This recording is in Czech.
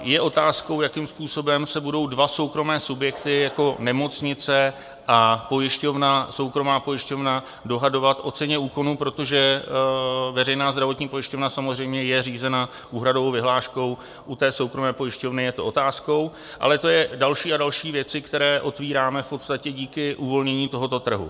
Je otázkou, jakým způsobem se budou dva soukromé subjekty jako nemocnice a pojišťovna, soukromá pojišťovna, dohadovat o ceně úkonu, protože veřejná zdravotní pojišťovna samozřejmě je řízena úhradovou vyhláškou, u soukromé pojišťovny je to otázkou, ale to jsou další a další věci, které otvíráme v podstatě díky uvolnění tohoto trhu.